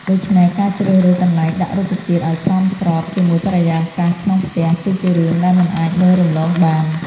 ដូច្នេះ ការជ្រើសរើសកន្លែងដាក់រុក្ខជាតិឲ្យសមស្របជាមួយបរិយាកាសក្នុងផ្ទះ គឺជារឿងដែលមិនអាចមើលរំលងបាន។